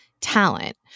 talent